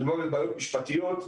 מדובר בבעיות משפטיות.